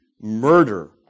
murder